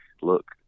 look